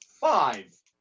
five